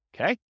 okay